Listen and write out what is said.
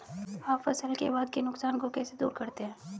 आप फसल के बाद के नुकसान को कैसे दूर करते हैं?